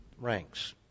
ranks